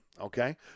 okay